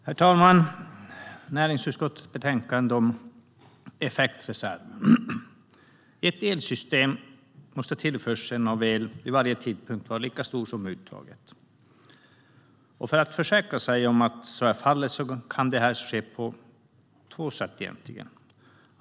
Herr talman! I ett elsystem måste tillförseln av el vid varje tidpunkt vara lika stor som uttaget. Man kan försäkra sig om detta på två sätt.